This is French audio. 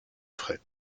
fret